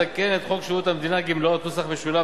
המתקן את חוק שירות המדינה (גמלאות) ,